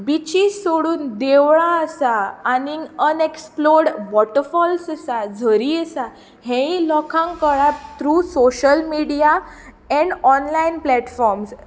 बिचीस सोडून देवळां आसात आनीक अनएक्सप्लॉर्ड वॉटरफॉल्स आसात झरी आसात हें लोकांक कळ्ळां through social media and online platforms